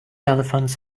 elephants